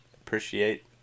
appreciate